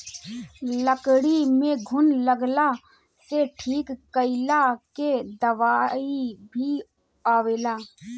लकड़ी में घुन लगला के ठीक कइला के दवाई भी आवेला